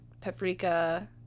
paprika